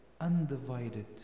undivided